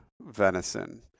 venison